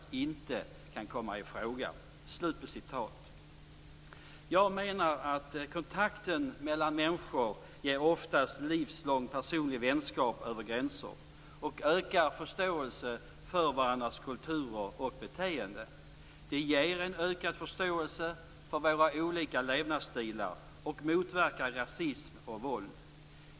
Jag menar att kontakt mellan människor ofta ger livslång personlig vänskap över gränser och ökar förståelsen för varandras kulturer och beteende. Det ger en ökad förståelse för våra olika levnadsstilar och motverkar rasism och våld.